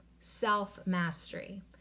self-mastery